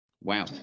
Wow